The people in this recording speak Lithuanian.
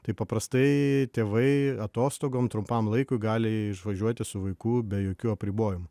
tai paprastai tėvai atostogom trumpam laikui gali išvažiuoti su vaiku be jokių apribojimų